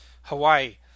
Hawaii